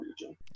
region